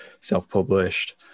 self-published